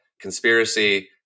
conspiracy